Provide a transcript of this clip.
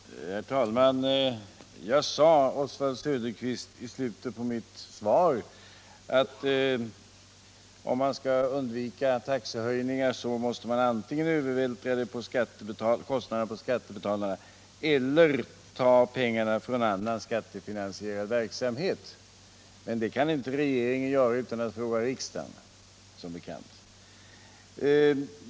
Herr talman! Jag sade, Oswald Söderqvist, i slutet av mitt svar att om man vill undvika taxehöjningar måste man antingen övervältra kostnaderna på skattebetalarna eller ta pengarna från annan skattefinansierad verksamhet. Men det kan som bekant regeringen inte göra utan att fråga riksdagen.